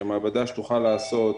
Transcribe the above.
שהיא המעבדה שתוכל לעשות